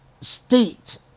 state